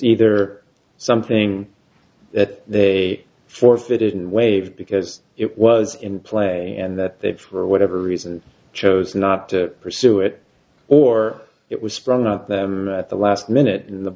either something that they forfeited in wave because it was in play and that they for whatever reason chose not to pursue it or it was sprung on them at the last minute in the